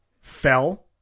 fell